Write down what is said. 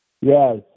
Yes